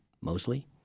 mostly